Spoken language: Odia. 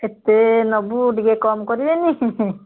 ଏତେ ନବୁ ଟିକେ କମ୍ କରିବେନି